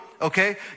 Okay